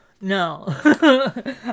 No